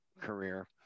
career